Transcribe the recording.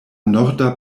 norda